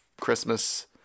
Christmas